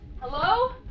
Hello